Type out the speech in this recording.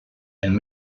and